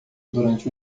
durante